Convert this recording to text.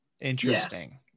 Interesting